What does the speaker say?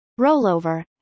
Rollover